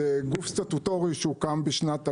זה גוף סטטוטורי שהוקם בשנת 2017,